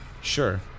Sure